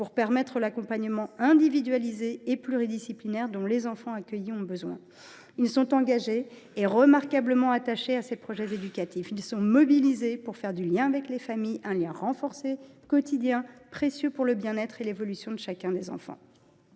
pour permettre l’accompagnement individualisé et pluridisciplinaire dont les enfants accueillis ont besoin. Ils sont engagés et remarquablement attachés à ces projets éducatifs. Ils sont mobilisés pour assurer un lien avec les familles, un lien renforcé et quotidien, précieux pour le bien être et l’évolution de chacun des enfants.